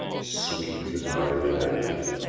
sweet as my revenge